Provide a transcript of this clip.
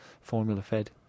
formula-fed